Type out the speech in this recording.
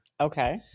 Okay